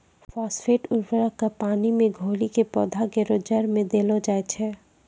phosphate उर्वरक क पानी मे घोली कॅ पौधा केरो जड़ में देलो जाय छै